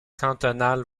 cantonale